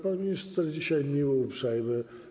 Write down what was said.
Pan minister dzisiaj miły i uprzejmy.